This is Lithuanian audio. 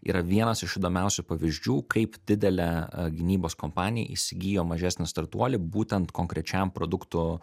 yra vienas iš įdomiausių pavyzdžių kaip didelė gynybos kompanija įsigijo mažesnį startuolį būtent konkrečiam produktų